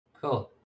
cool